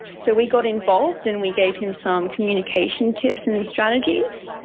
so we got involved and we gave him some communication tips and strategies.